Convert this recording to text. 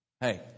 Hey